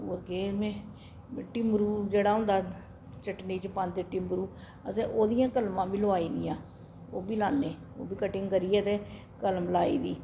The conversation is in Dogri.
होर के में मिट्टी मरूद जेह्ड़ा होंदा चटनी च पांदे तिम्बरू असें ओह्दियां कलमां बी लोआई दियां उब्भी लाने उब्भी कटिंग करियै ते कलम लाई दी